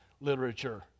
literature